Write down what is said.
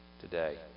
today